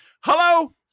Hello